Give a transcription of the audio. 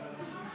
עריקה),